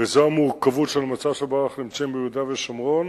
וזו המורכבות של המצב שבו אנחנו נמצאים ביהודה ושומרון,